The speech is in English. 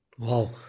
Wow